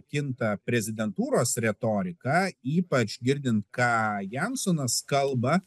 kinta prezidentūros retorika ypač girdint ką jansonas kalba